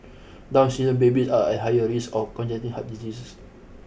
Down syndrome babies are at higher risk of heart diseases